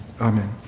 Amen